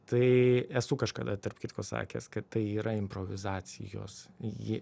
tai esu kažkada tarp kitko sakęs kad tai yra improvizacijos ji